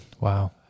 Wow